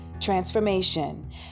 transformation